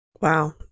Wow